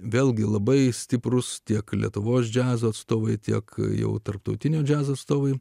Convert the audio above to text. vėlgi labai stiprus tiek lietuvos džiazo atstovai tiek jau tarptautinio džiazo atstovai